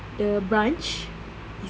the brunch